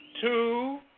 two